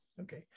Okay